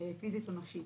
פיזית או נפשית.